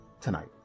tonight